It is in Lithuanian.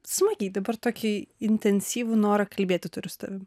smagiai dabar tokį intensyvų norą kalbėti turiu su tavim